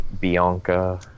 Bianca